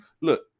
look